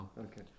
Okay